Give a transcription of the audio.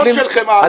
טון של חמאה על הראש.